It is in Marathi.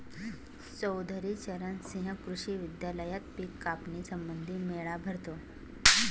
चौधरी चरण सिंह कृषी विद्यालयात पिक कापणी संबंधी मेळा भरतो